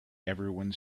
everyone